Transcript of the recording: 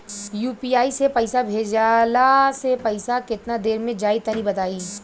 UPI से पईसा भेजलाऽ से पईसा केतना देर मे जाई तनि बताई?